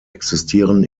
existieren